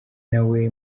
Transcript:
nawe